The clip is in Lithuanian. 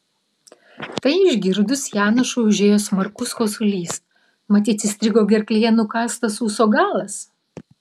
tai išgirdus janošui užėjo smarkus kosulys matyt įstrigo gerklėje nukąstas ūso galas